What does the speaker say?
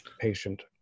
patient